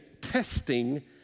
testing